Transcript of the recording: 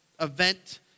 event